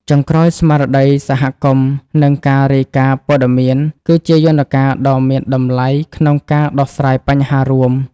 ចុងក្រោយ ស្មារតីសហគមន៍ និងការរាយការណ៍ព័ត៌មាន គឺជាយន្តការដ៏មានតម្លៃក្នុងការដោះស្រាយបញ្ហារួម។